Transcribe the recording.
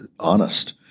honest